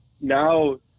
now